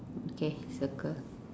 okay circle